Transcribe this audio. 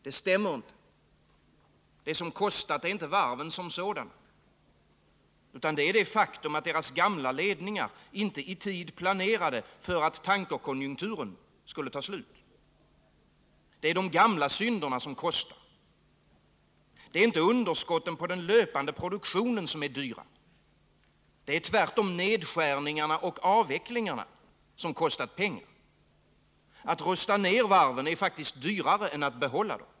Det stämmer inte. Det som kostat är inte varven som sådana, utan det är det faktum, att deras gamla ledningar inte i tid planerade för att tankerkonjunkturen skulle ta slut. Det är de gamla synderna som kostar. Det är inte underskotten på den löpande produktionen som är dyra. Det är tvärtom nedskärningarna och avvecklingarna som kostat pengar. Att rusta ned varven är faktiskt dyrare än att behålla dem.